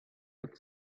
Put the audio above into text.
with